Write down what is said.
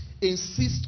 insist